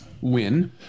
win